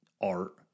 art